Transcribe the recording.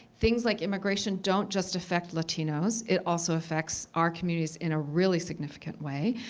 things like immigration don't just affect latinos. it also affects our communities in a really significant way.